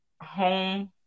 home